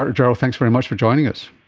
um gerald, thanks very much for joining us.